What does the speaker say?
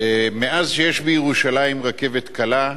מאז יש לירושלים רכבת קלה,